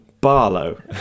Barlow